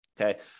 okay